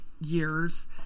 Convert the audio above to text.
years